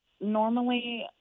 Normally